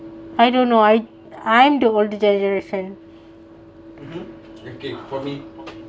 I don't know I I'm the older generation